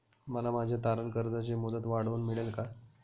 मला माझ्या तारण कर्जाची मुदत वाढवून मिळेल का?